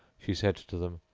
she said to them,